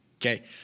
Okay